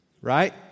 right